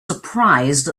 surprised